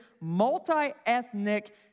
multi-ethnic